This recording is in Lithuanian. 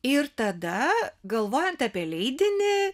ir tada galvojant apie leidinį